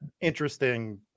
interesting